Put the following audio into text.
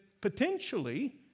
potentially